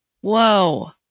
Whoa